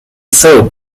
soap